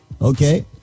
okay